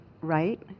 right